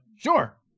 sure